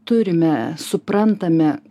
turime suprantame